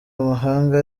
amahanga